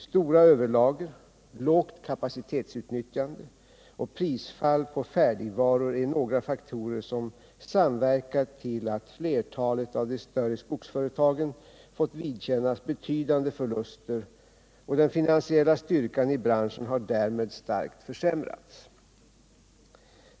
Stora överlager, lågt kapacitetsutnyttjande och prisfall på färdigvaror är några faktorer som samverkat till att flertalet av de större skogsföretagen fått vidkännas betydande förluster, och den finansiella styrkan i branschen har därmed starkt försämrats.